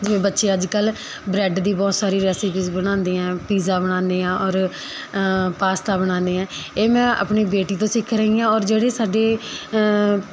ਜਿਵੇਂ ਬੱਚੇ ਅੱਜ ਕੱਲ੍ਹ ਬ੍ਰੈੱਡ ਦੀ ਬਹੁਤ ਸਾਰੀ ਰੈਸਿਪੀਜ਼ ਬਣਾਉਂਦੀ ਆ ਪੀਜ਼ਾ ਬਣਾਉਂਦੇ ਆ ਔਰ ਪਾਸਤਾ ਬਣਾਉਂਦੇ ਆ ਇਹ ਮੈਂ ਆਪਣੀ ਬੇਟੀ ਤੋਂ ਸਿੱਖ ਰਹੀ ਹਾਂ ਔਰ ਜਿਹੜੇ ਸਾਡੇ